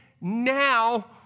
now